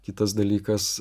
kitas dalykas